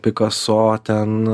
pikaso ten